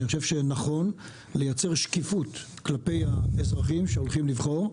אני חושב שנכון לייצר שקיפות כלפי האזרחים שהולכים לבחור,